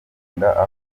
avuka